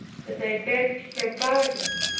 that i begged her pardon,